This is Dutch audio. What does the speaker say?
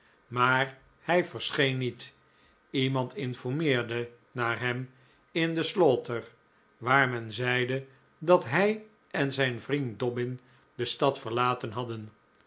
maar hij verscheen niet iemand informeerde naar hem in de slaughter waar men zeide dat hij en zijn vriend dobbin de stad verlaten hadden